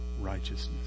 righteousness